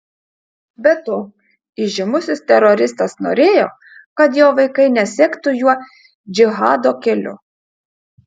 be to įžymusis teroristas norėjo kad jo vaikai nesektų juo džihado keliu